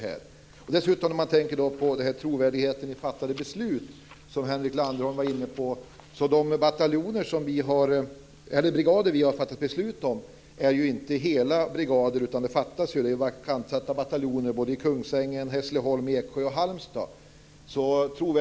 När man dessutom tänker på trovärdigheten i fattade beslut, som Henrik Landerholm var inne på, är ju de brigader som vi har fattat beslut om inte hela brigader, utan det är vakantsatta bataljoner i Kungsängen, Hässleholm, Eksjö och Halmstad.